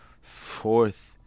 fourth